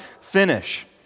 finish